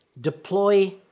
deploy